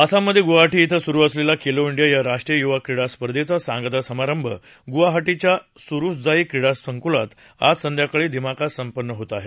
आसाममधे गुवाहाटी डों सुरु असलेल्या खेलो डिया या राष्ट्रीय युवा क्रीडा स्पर्धेचा सांगता समारंभ गुवाहाटीच्या सरुसजाई क्रीडा संकुलात आज संध्याकाळी दिमाखात संपन्न होत आहे